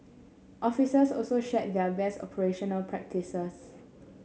officers also shared their best operational practices